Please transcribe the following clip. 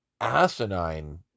asinine